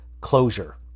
closure